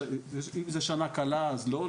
אם זו שנה קלה, אז לא.